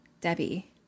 debbie